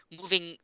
moving